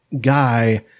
guy